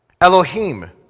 Elohim